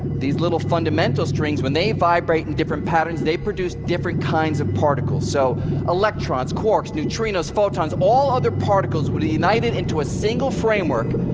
these little fundamental strings, when they vibrate in different patterns, they produce different kinds of particles so electrons, quarks, neutrinos, photons, all other particles would be united into a single framework,